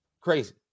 crazy